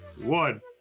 one